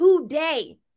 today